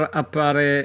appare